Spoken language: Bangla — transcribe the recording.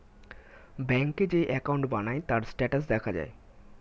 ব্যাংকে যেই অ্যাকাউন্ট বানায়, তার স্ট্যাটাস দেখা যায়